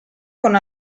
con